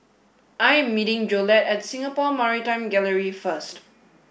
I am meeting Jolette at Singapore Maritime Gallery first